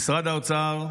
במשרד האוצר,